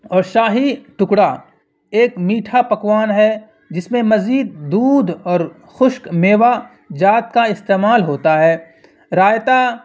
اور شاہی ٹکڑا ایک میٹھا پکوان ہے جس میں مزید دودھ اور خشک میوہ جات کا استعمال ہوتا ہے رائتا